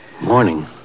Morning